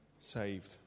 Saved